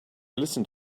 listened